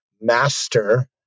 master